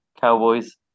Cowboys